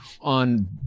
on